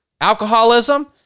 alcoholism